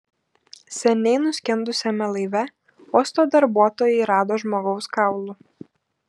seniai nuskendusiame laive uosto darbuotojai rado žmogaus kaulų